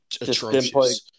atrocious